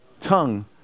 Tongue